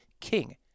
king